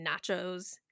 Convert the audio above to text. nachos